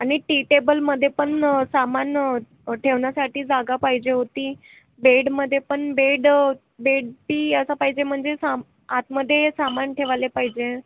आणि टी टेबलमध्ये पण सामान ठेवण्यासाठी जागा पाहिजे होती बेडमध्ये पण बेड बेड टी असा पाहिजे म्हणजे साम आतमध्ये सामान ठेवायला पाहिजे